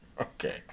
Okay